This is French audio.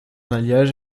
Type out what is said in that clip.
alliage